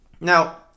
Now